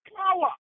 power